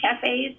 cafes